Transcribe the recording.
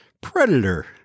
predator